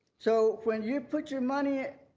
so when you put your money